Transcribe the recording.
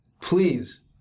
Please